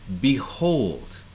behold